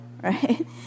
right